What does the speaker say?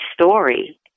story